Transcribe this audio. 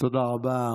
תודה רבה.